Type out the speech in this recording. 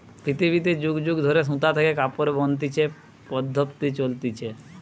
পৃথিবীতে যুগ যুগ ধরে সুতা থেকে কাপড় বনতিছে পদ্ধপ্তি চলতিছে